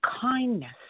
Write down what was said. kindness